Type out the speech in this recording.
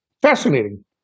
Fascinating